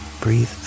breathe